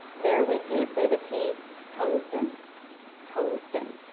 there we do say the t tungsten. tttt tungsten.